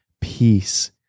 peace